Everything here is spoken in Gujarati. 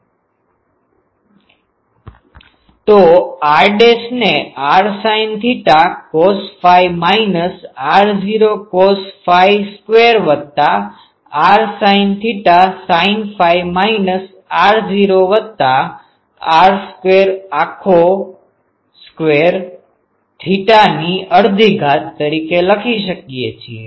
તો rrsin cos r0cos 2rsin sin φ r0r2212 r' ને r sine theta cos phi minus r0 cos phi square વત્તા r sine theta sine phi minus r0 વત્તા r સ્ક્વેર આખો સ્ક્વેર થેટાની અડધી ઘાત તરીકે લખી શકીએ છીએ